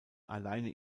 alleine